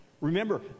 remember